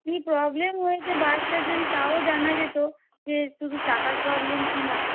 কী problem হয়েছে বাসটার যদি তাও জানা যেত যে শুধু চাকার প্রবলেম কি না